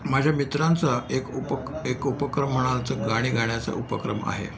माझ्या मित्रांचा एक उपक एक उपक्रम म्हणाल तर गाणी गाण्याचा उपक्रम आहे